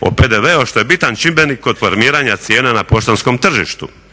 o PDV-u što je bitan čimbenik kod formiranja cijena na poštanskom tržištu.